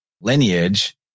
lineage